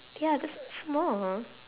ya that's not small ha